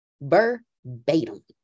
verbatim